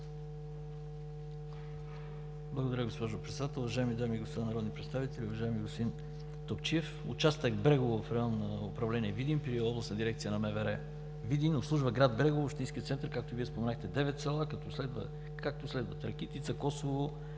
Благодаря, госпожо Председател. Уважаеми дами и господа народни представители, уважаеми господин Топчиев! Участък Брегово в района на управление Видин при Областна дирекция на МВР – Видин, обслужва град Брегово, общинския център, и както споменахте, девет села, както следват: Ракитица, Косово,